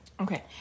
Okay